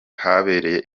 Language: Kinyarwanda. ahabereye